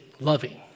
loving